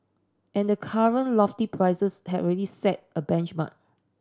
and the current lofty prices have already set a benchmark